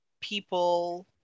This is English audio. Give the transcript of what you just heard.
people